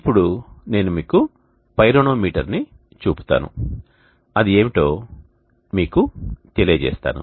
ఇప్పుడు నేను మీకు పైరోనోమీటర్ని చూపుతాను అది ఏమిటో మీకు తెలియజేస్తాను